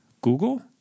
Google